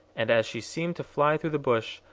and as she seemed to fly through the bush,